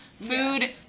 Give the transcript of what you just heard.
Food